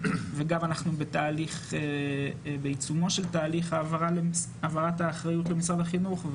וגם אנחנו בעיצומו של תהליך העברת האחריות למשרד החינוך.